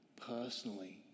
personally